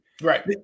Right